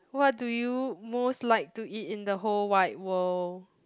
what do you most like to eat in the whole wide world